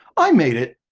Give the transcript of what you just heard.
i made it